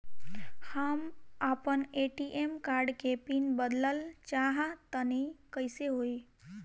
हम आपन ATM card के पीन बदलल चाहऽ तनि कइसे होई?